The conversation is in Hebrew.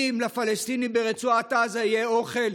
אם לפלסטינים ברצועת עזה יהיה אוכל,